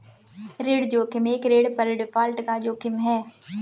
ऋण जोखिम एक ऋण पर डिफ़ॉल्ट का जोखिम है